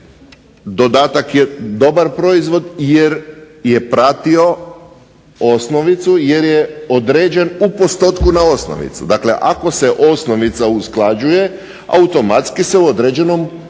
dodatak je dobar proizvod jer je pratio osnovicu jer je određen u postotku na osnovicu. Dakle, ako se osnovica usklađuje automatski se u određenom postotku